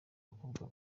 bakobwa